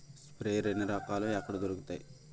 Sprayer ఎన్ని రకాలు? ఎక్కడ దొరుకుతాయి?